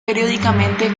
periódicamente